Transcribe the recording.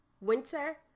Winter